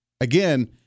Again